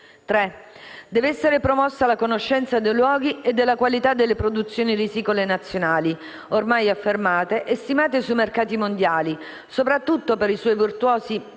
Deve essere promossa la conoscenza dei luoghi e della qualità delle produzioni risicole nazionali, ormai affermate e stimate sui mercati mondiali, soprattutto per i suoi virtuosi